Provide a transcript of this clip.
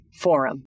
forum